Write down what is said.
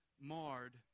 marred